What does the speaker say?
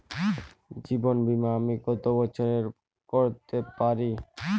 জীবন বীমা আমি কতো বছরের করতে পারি?